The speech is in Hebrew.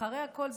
אחרי הכול,